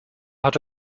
hat